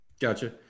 Gotcha